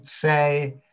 say